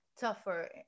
tougher